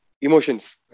Emotions